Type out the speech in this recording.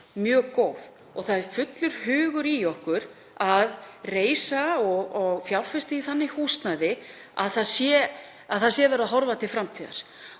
mjög gott. Það er fullur hugur í okkur að reisa og fjárfesta í þannig húsnæði að verið sé að horfa til framtíðar.